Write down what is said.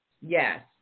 yes